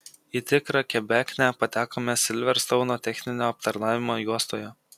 į tikrą kebeknę patekome silverstouno techninio aptarnavimo juostoje